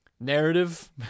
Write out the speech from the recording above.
narrative